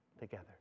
together